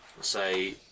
say